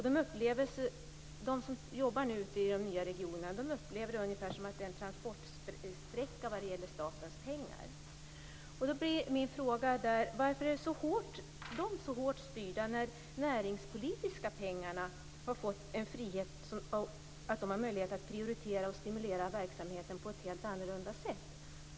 De som jobbar ute i de nya regionerna upplever ungefär att de är en transportsträcka för statens penger. Min fråga blir: Varför är man där så hårt styrd, medan de som hanterar de näringspolitiska pengarna har fått en frihet att prioritera och stimulera verksamheten på ett helt annorlunda sätt?